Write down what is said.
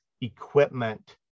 equipment